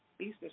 Eastern